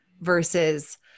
versus